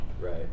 right